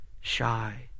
shy